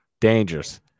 dangerous